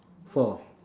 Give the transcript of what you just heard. four